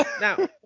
Now